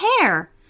hair